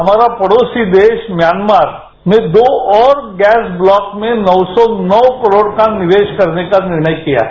हमारापड़ोसी देश म्यांमार में दो और गैस ब्लॉक में नौ सौ नौ करोड़ का निवेश करने का निर्णयकिया है